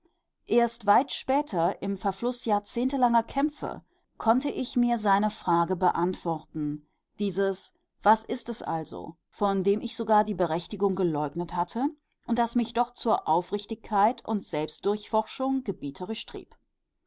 erst weit später im verfluß jahrzehntelanger kämpfe konnte ich mir seine frage beantworten dieses was ist es also von dem ich sogar die berechtigung geleugnet hatte und das mich doch zur aufrichtigkeit und selbstdurchforschung gebieterisch trieb